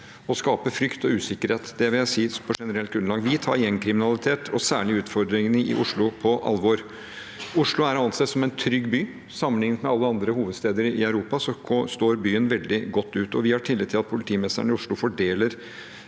og skape frykt og usikkerhet. Det vil jeg si på et generelt grunnlag. Vi tar gjengkriminalitet, og særlig utfordringene i Oslo, på alvor. Oslo er å anse som en trygg by. Sammenlignet med alle andre hovedsteder i Europa kommer byen veldig godt ut. Vi har tillit til at politimesteren i Oslo fordeler